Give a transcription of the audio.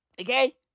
okay